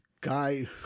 guy